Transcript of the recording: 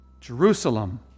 Jerusalem